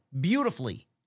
beautifully